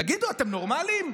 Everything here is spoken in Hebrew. תגידו, אתם נורמליים?